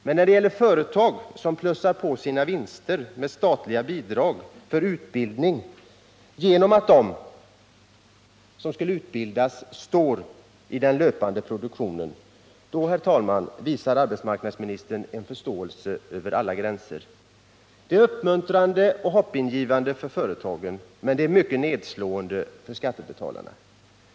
Men när det gäller företag som plussar på sina vinster med statliga bidrag för utbildning genom att de som skulle utbildas står i den löpande produktionen, visar arbetsmarknadsminis 17 tern en förståelse över alla gränser. Det är uppmuntrande och hoppingivande för företagen, men det är mycket nedslående för skattebetalarna.